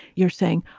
you're saying,